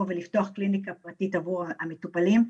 ולפתוח קליניקה פרטית עבור המטופלים שלו.